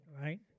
right